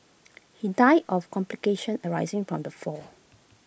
he died of complications arising from the fall